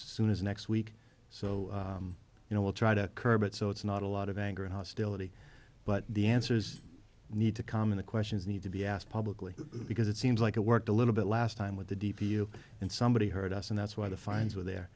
soon as next week so you know we'll try to curb it so it's not a lot of anger and hostility but the answers need to come in the questions need to be asked publicly because it seems like it worked a little bit last time with the d p you and somebody heard us and that's why the fines were there